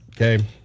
okay